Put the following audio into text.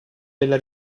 della